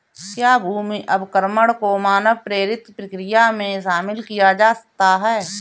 क्या भूमि अवक्रमण को मानव प्रेरित प्रक्रिया में शामिल किया जाता है?